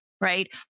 right